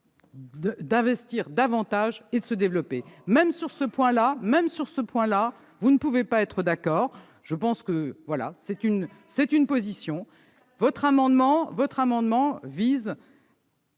d'investir davantage et de se développer. Même sur ce point-là, vous ne pouvez pas être d'accord avec nous ! Personne n'a dit cela ! Votre amendement vise